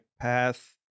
path